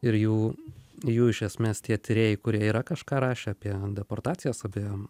ir jų jų iš esmės tie tyrėjai kurie yra kažką rašę apie deportacijas apie